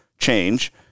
change